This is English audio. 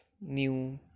New